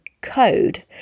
code